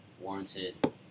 warranted